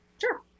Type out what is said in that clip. Sure